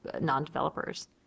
non-developers